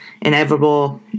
inevitable